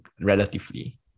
relatively